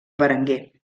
berenguer